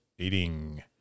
eating